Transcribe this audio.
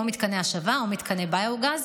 או מתקני השבה או מתקני ביו-גז,